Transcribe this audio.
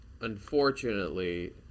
unfortunately